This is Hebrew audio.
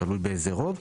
תלוי באיזה רוב,